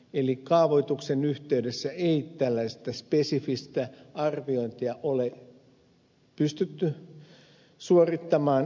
eli kaavoituksen yhteydessä ei tällaista spesifistä arviointia ole pystytty suorittamaan